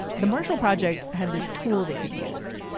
the marshall project had this tool they could use.